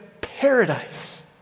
paradise